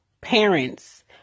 parents